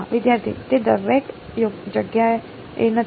વિદ્યાર્થી તે દરેક જગ્યાએ નથી